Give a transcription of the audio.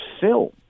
film